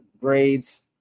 grades